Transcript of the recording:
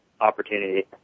opportunity